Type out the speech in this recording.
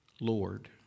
Lord